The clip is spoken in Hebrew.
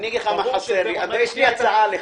--- יש לי הצעה לך.